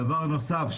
דבר נוסף,